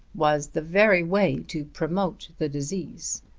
was the very way to promote the disease!